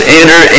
enter